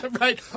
Right